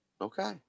Okay